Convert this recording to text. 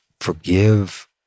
forgive